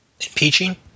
Impeaching